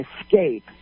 escape